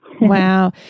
Wow